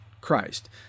Christ